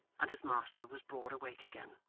and his master was broad awake again.